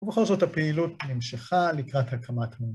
ובכל זאת הפעילות נמשכה לקראת הקמת...